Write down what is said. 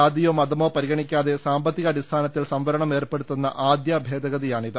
ജാതിയോ മതമോ പരിഗണിക്കാതെ സാമ്പത്തിക അടിസ്ഥാ നത്തിൽ സംവരണം ഏർപ്പെടുത്തുന്ന ആദ്യ ഭേദഗതിയാണിത്